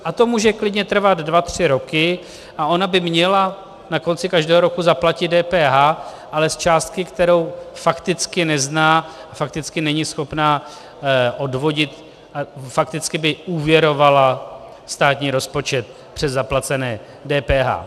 A to může klidně trvat dva tři roky a ona by měla na konci každého roku zaplatit DPH, ale z částky, kterou fakticky nezná a fakticky není schopna odvodit, fakticky by úvěrovala státní rozpočet přes zaplacené DPH.